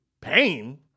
Pain